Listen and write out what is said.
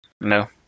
No